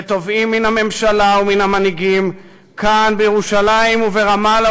ותובעים מן הממשלה ומן המנהיגים כאן בירושלים וברמאללה